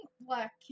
black